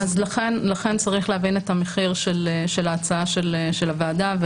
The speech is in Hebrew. אז לכן צריך להבין את המחיר של ההצעה של הוועדה,